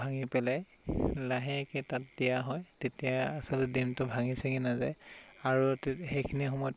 ভাঙি পেলাই লাহেকৈ তাত দিয়া হয় তেতিয়া আচলতে ডিমটো ভাঙি ছিঙি নেযায় আৰু তে সেইখিনি সময়ত